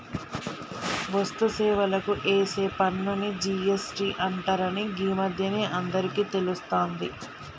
వస్తు సేవలకు ఏసే పన్నుని జి.ఎస్.టి అంటరని గీ మధ్యనే అందరికీ తెలుస్తాంది